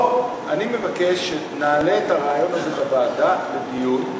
אני מבקש שנעלה את הרעיון בוועדה, לדיון,